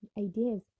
ideas